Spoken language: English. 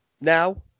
Now